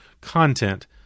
content